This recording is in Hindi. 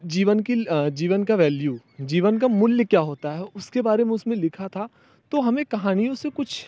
जीवन की ल जीवन का वैल्यू जीवन का मूल्य क्या होता है उसके बारे में उसने लिखा था तो हमें कहानियों से कुछ